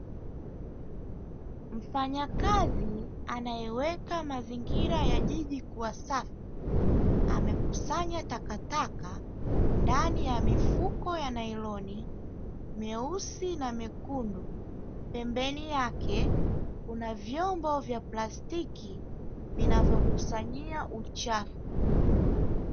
Mfanyakazi anayeweka mazingira ya jiji kuwa safi, amekusanya takataka ndani ya mifuko ya nailoni mieusi na miekundu; pembeni yake kuna vyombo ya plastiki vinavyokusanyia uchafu.